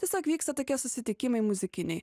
tiesiog vyksta tokie susitikimai muzikiniai